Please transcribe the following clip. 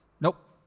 nope